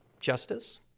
Justice